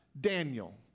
Daniel